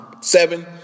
seven